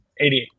88